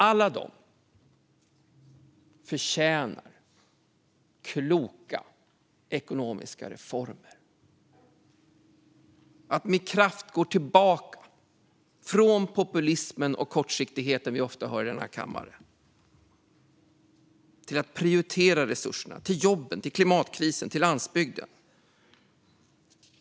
Alla de förtjänar kloka ekonomiska reformer och att vi med kraft återgår från den populism och kortsiktighet vi ofta hör i kammaren till att prioritera resurserna till jobben, klimatkrisen och landsbygden.